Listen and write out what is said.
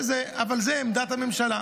אבל זו עמדת הממשלה.